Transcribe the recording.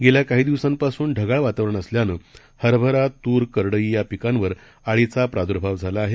गेल्याकांहीदिवसांपासुनढगाळवातावरणअसल्यानंहरबरा तूर करडईयापिकांवरआळीचाप्रादुर्भावझालाआहे